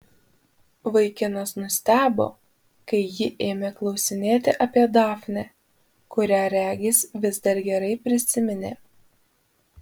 vaikinas nustebo kai ji ėmė klausinėti apie dafnę kurią regis vis dar gerai prisiminė